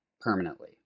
permanently